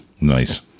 nice